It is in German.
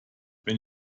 wenn